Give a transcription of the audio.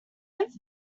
have